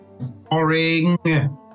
Boring